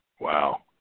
Wow